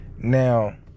Now